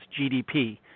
GDP